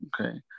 Okay